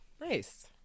nice